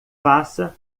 faça